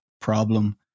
problem